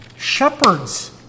shepherds